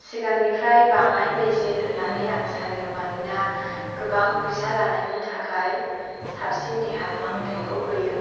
सिगांनिफ्राय बाङाय बेसेन होननानै आं सानो मानोना गोबां फैसा लानायनि थाखाय साबसिन देहा फाहामथायखौ होयो